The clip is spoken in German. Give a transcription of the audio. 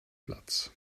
platz